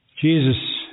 Jesus